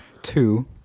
Two